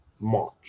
March